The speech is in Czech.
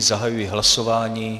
Zahajuji hlasování.